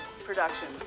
Production